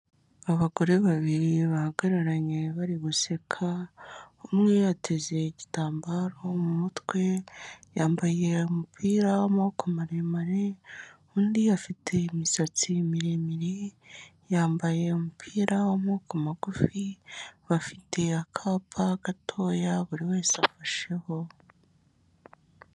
Abagore babiri bahagararanye bari guseka. Umwe yateze igitambaro mu mutwe, yambaye umupira w'amaboko maremare. Undi afite imisatsi miremire, yambaye umupira w'amaboko magufi, bafite akapa gatoya buri wese afasheho.